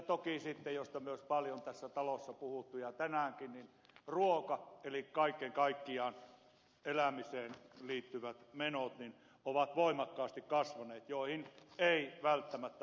toki sitten mistä myös paljon tässä talossa on puhuttu ja tänäänkin ruoka on kallistunut eli kaiken kaikkiaan elämiseen liittyvät menot ovat voimakkaasti kasvaneet mihin ei välttämättä voi vaikuttaa